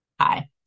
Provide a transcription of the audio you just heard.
Hi